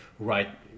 Right